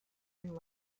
and